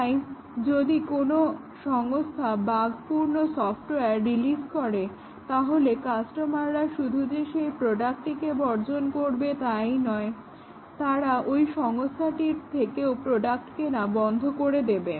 তাই যদি কোনো সংস্থা বাগপূর্ণ সফটওয়্যার রিলিজ করে তাহলে কাস্টমাররা শুধু যে সেই প্রোডাক্টটিকে বর্জন করবে তাই নয় তারা ওই সংস্থার থেকেও প্রোডাক্ট কেনা বন্ধ করে দেবে